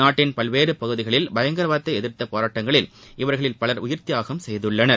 நாட்டின் பல்வேறு பகுதிகளில் பயங்கரவாதத்தை எதிர்த்த போராட்டங்களில் இவர்களில் பலர் உயிர்த்தியாகம் செய்துள்ளனர்